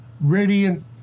radiant